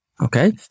Okay